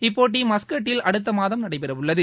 இப்போட்டி மஸ்கட்டில் அடுத்தமாதம் நடைபெறவுள்ளது